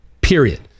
period